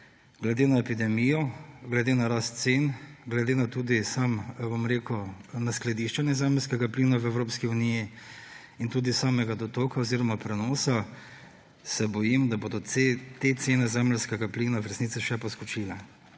Glede na epidemijo, glede na rast cen, glede tudi na skladiščenje zemeljskega plina v Evropski uniji in tudi samega dotoka oziroma prenosa se bojim, da bodo te cene zemeljskega plina v resnici še poskočile.